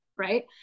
Right